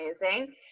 amazing